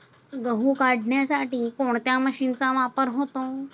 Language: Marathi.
गहू काढण्यासाठी कोणत्या मशीनचा वापर होतो?